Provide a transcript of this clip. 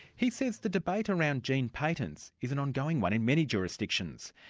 he says the debate around gene patents is an ongoing one in many jurisdictions,